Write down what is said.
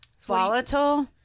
volatile